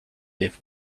live